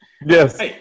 Yes